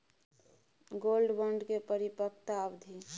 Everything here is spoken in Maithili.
गोल्ड बोंड के परिपक्वता अवधि?